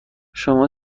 شما